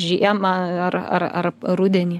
žiemą ar ar ar rudenį